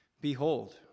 Behold